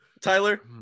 Tyler